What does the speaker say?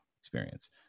experience